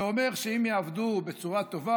זה אומר שאם יעבדו בצורה טובה,